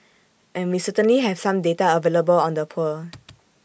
and we certainly have some data available on the poor